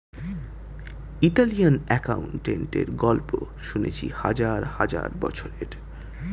Italian অ্যাকাউন্টেন্টের গল্প শুনেছি হাজার হাজার বছরের